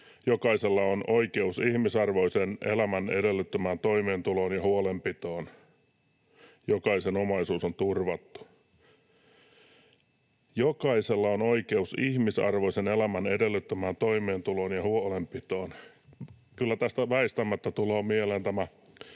Jokaisella on oikeus ihmisarvoisen elämän edellyttämään toimeentuloon ja huolenpitoon. Jokaisen omaisuus on turvattu.” ”Jokaisella on oikeus ihmisarvoisen elämän edellyttämään toimeentuloon ja huolenpitoon.” Kyllä tästä väistämättä tulee mieleen tämä